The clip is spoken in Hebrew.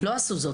לא עשו זאת.